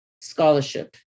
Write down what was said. scholarship